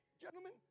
gentlemen